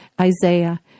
Isaiah